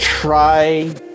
try